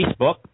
Facebook